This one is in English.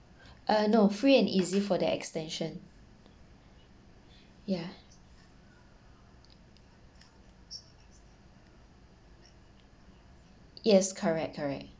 uh no free and easy for the extension yeah yes correct correct